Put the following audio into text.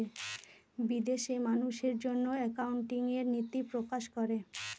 বিদেশে মানুষের জন্য একাউন্টিং এর নীতি প্রকাশ করে